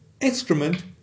excrement